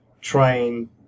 train